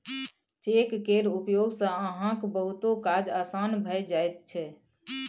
cheque केर उपयोग सँ अहाँक बहुतो काज आसान भए जाइत छै